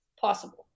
possible